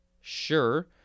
sure